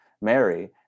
Mary